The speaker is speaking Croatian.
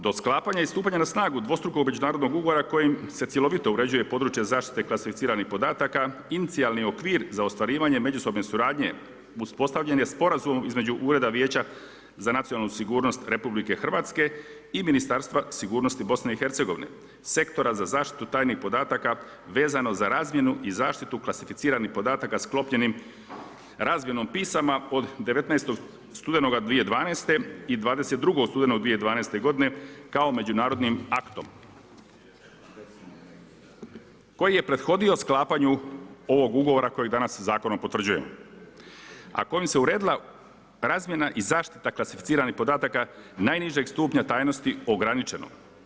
Do sklapanja i stupanja na snagu dvostrukog međunarodnog ugovora kojim se cjelovito uređuje područje zaštite klasificiranih podataka inicijalni okvir za ostvarivanje međusobne suradnje uspostavljen je sporazumom između Ureda vijeća za nacionalnu sigurnost Republike Hrvatske i Ministarstva sigurnosti Bosne i Hercegovine, Sektora za zaštitu tajnih podataka vezano za razmjenu i zaštitu klasificiranih podataka sklopljenim razmjenom pisama od 19. studenoga 2012. i 22. studenoga 2012. godine kao međunarodnim aktom koji je prethodio sklapanju ovog ugovora kojeg danas zakonom potvrđujem, a kojim se uredila razmjena i zaštita klasificiranih podataka najnižeg stupnja tajnosti „ograničeno“